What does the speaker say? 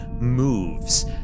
moves